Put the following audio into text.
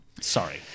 Sorry